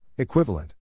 Equivalent